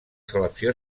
selecció